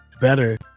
better